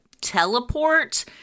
teleport